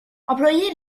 employer